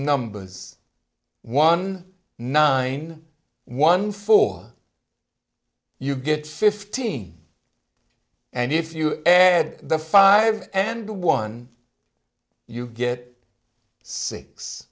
numbers one nine one four you get fifteen and if you add the five and one you get six